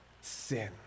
sin